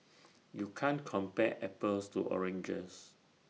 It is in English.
you can't compare apples to oranges